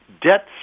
debt